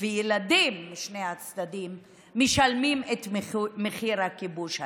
והילדים משני הצדדים משלמים את מחיר הכיבוש הזה.